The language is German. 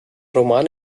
roman